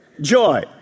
Joy